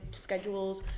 schedules